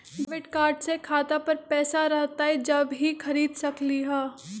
Debit card से खाता पर पैसा रहतई जब ही खरीद सकली ह?